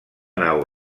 nau